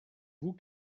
vous